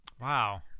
wow